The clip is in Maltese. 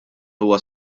huwa